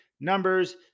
numbers